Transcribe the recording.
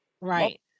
Right